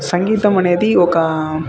సంగీతం అనేది ఒక